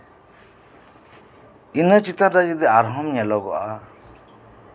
ᱤᱱᱟᱹ ᱪᱮᱛᱟᱱ ᱨᱮ ᱡᱚᱫᱤ ᱟᱨᱦᱚᱸ ᱧᱮᱞᱚᱜᱚᱜᱼᱟ